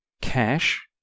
cash